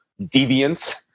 deviance